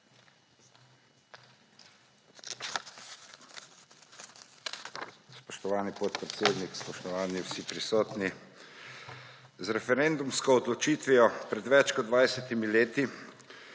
Spoštovani podpredsednik, spoštovani vsi prisotni! Z referendumsko odločitvijo pred več kot 20 leti,